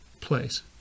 place